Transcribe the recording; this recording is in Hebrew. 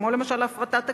כמו למשל הפרטת הכלא.